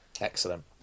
Excellent